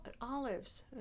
olives